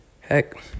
Heck